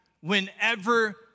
whenever